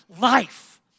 life